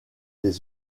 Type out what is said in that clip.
des